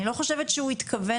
אני לא חושבת שהוא התכוון